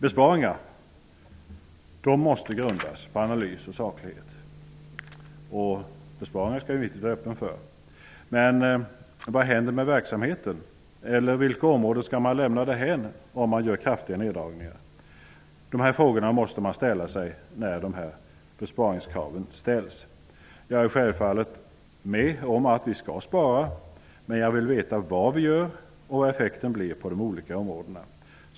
Besparingar måste grundas på analys och saklighet. Besparingar skall vi givetvis vara öppna för. Men vad händer med verksamheten, eller vilka områden skall man lämna därhän om man gör kraftiga neddragningar? Sådana frågor måste man göra när dessa besparingskrav ställs. Jag är självfallet med om att spara, men jag vill veta vad vi gör och vad effekten blir på de olika områdena.